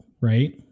right